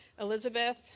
Elizabeth